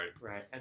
Right